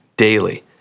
Daily